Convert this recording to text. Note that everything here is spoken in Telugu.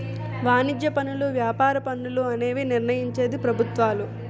వాణిజ్య పనులు వ్యాపార పన్నులు అనేవి నిర్ణయించేది ప్రభుత్వాలు